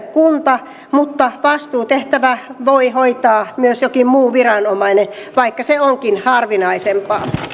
kunta mutta vastuutehtävää voi hoitaa myös jokin muu viranomainen vaikka se onkin harvinaisempaa